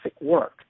work